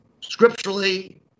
scripturally